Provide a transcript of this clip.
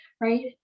Right